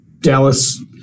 Dallas